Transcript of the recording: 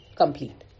complete